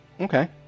Okay